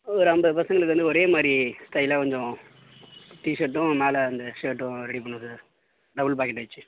ஒரு ஐம்பது பசங்களுக்கு வந்து ஒரே மாதிரி ஸ்டைலாக கொஞ்சம் டீ ஷர்ட்டும் மேலே அந்த ஷர்ட்டும் ரெடி பண்ணனும் சார் டபிள் பாக்கெட் வச்சி